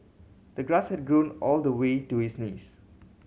the grass had grown all the way to his knees